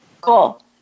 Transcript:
Cool